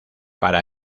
para